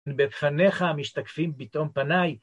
בפניך המשתקפים פתאום פניי